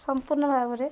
ସମ୍ପୂର୍ଣ୍ଣ ଭାବରେ